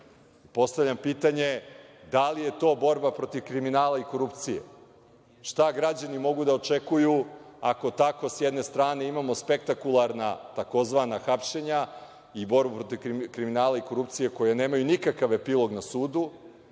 jedina. Postavljam pitanje da li je to borba protiv kriminala i korupcije? Šta građani mogu da očekuju ako tako s jedne strane imamo spektakularna tzv. hapšenja i borbu protiv kriminala i korupcije koje nemaju nikakav epilog na sudu,